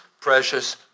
precious